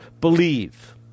believe